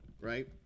Right